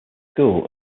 school